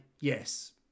Yes